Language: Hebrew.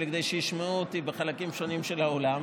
כדי שישמעו אותי בחלקים שונים של האולם,